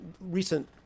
Recent